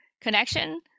connection